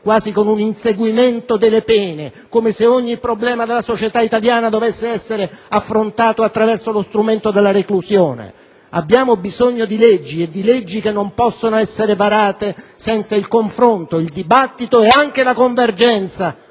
quasi con un inseguimento delle pene, come se ogni problema della società italiana dovesse essere affrontato attraverso lo strumento della reclusione. Abbiamo bisogno di leggi e di leggi che non possono essere varate senza il confronto, il dibattito e anche la convergenza